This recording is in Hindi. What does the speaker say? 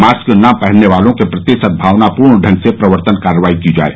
मास्क न पहनने वालों के प्रति सदभावनापूर्ण ढंग से प्रवर्तन कार्रवाई की जाये